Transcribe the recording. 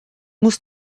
muss